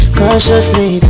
cautiously